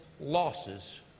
losses